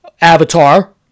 Avatar